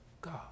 God